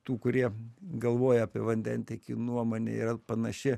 tų kurie galvoja apie vandentiekį nuomonė yra panaši